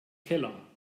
keller